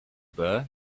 burgh